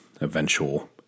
eventual